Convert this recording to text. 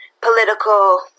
political